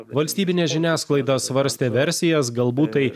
valstybinė žiniasklaida svarstė versijas galbūt tai